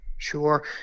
sure